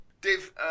Dave